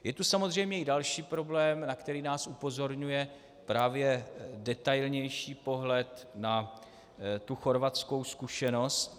Je tu samozřejmě i další problém, na který nás upozorňuje právě detailnější pohled na tu chorvatskou zkušenost.